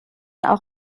auch